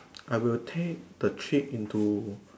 I will take the trip into